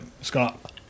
Scott